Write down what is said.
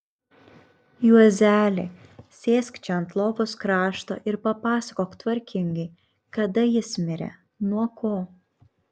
juozeli sėsk čia ant lovos krašto ir papasakok tvarkingai kada jis mirė nuo ko